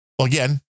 again